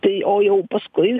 tai o jau paskui